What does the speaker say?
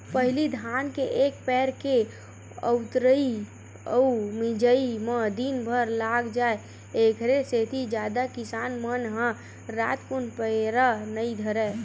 पहिली धान के एक पैर के ऊतरई अउ मिजई म दिनभर लाग जाय ऐखरे सेती जादा किसान मन ह रातकुन पैरा नई धरय